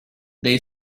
they